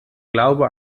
glaube